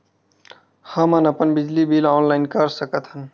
हमन अपन बिजली बिल ऑनलाइन कर सकत हन?